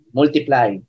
multiply